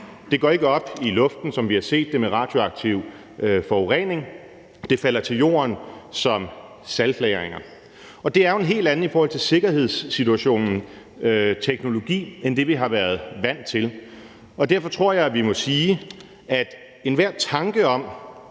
Det går ikke op i luften, som vi har set det med radioaktiv forurening; det falder til jorden som saltlagringer. Og det er jo i forhold til sikkerhedssituationen en helt anden teknologi end det, vi har været vant til, og derfor tror jeg, vi må sige, at enhver tanke om,